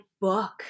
book